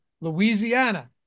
Louisiana